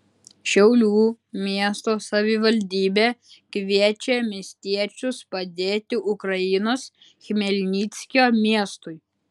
šiaulių miesto savivaldybė kviečia miestiečius padėti ukrainos chmelnickio miestui